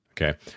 Okay